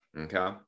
Okay